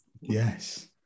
Yes